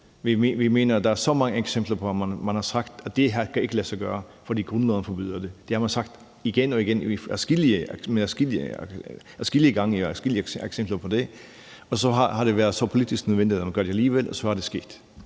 Vi mener, at der er så mange eksempler på, at man har sagt, at noget ikke kan lade sig gøre, fordi grundloven forbyder det. Det har man sagt igen og igen adskillige gange. Der er adskillige eksempler på det. Det har så været politisk nødvendigt, at man gjorde det alligevel, og så er det sket.